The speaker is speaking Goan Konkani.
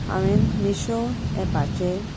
हांवें मिशो ऍपाचेर